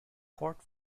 court